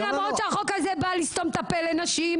למרות שהחוק הזה בא לסתום את הפה לנשים.